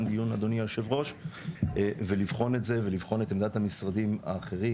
דיון אדוני היושב ראש ולבחון את זה ולבחון את עמדת המשרדים האחרים,